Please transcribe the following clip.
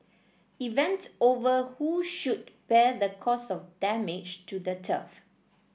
event over who should bear the cost of damage to the turf